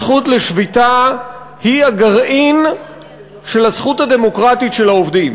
זכות השביתה היא הגרעין של הזכות הדמוקרטית של העובדים,